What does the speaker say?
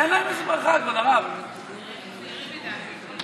בבקשה, אדוני היושב-ראש.